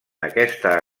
aquesta